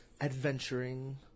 adventuring